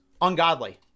Ungodly